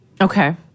Okay